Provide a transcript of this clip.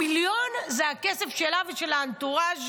המיליון זה הכסף שלה ושל האנטוראז',